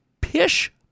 Pish